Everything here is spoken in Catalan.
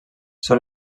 són